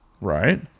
Right